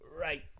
right